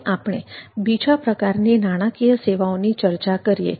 હવે આપણે બીજા પ્રકારની નાણાકીય સેવાઓની ચર્ચા કરીએ